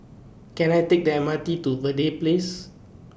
Can I Take The M R T to Verde Place